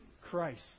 Christ